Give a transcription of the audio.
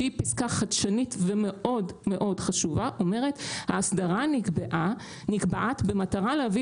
שהיא פסקה חדשנית ומאוד-מאוד חשובה אומרת "האסדרה נקבעת במטרה להביא